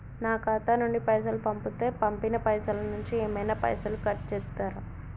నా ఖాతా నుండి పైసలు పంపుతే పంపిన పైసల నుంచి ఏమైనా పైసలు కట్ చేత్తరా?